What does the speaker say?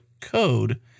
code